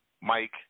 Mike